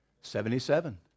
Seventy-seven